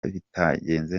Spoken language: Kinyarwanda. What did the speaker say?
bitagenze